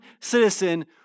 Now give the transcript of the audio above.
citizen